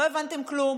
לא הבנתם כלום,